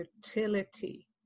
fertility